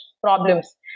problems